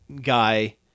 guy